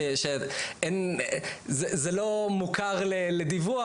שזה לא מוכר לדיווח,